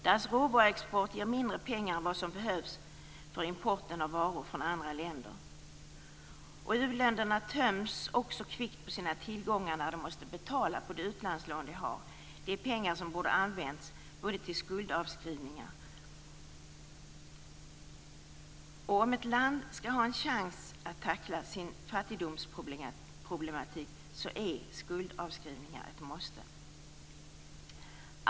Deras råvaruexport ger mindre pengar än vad som behövs för importen av varor från andra länder. U-länderna töms också kvickt på sina tillgångar när de måste betala på de utlandslån de har. Det är pengar som borde använts till skuldavskrivningar. Om ett land skall ha en chans att tackla sin fattigdomsproblematik är skuldavskrivningar ett måste.